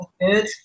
Good